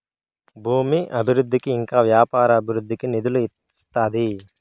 భూమి అభివృద్ధికి ఇంకా వ్యాపార అభివృద్ధికి నిధులు ఇస్తాది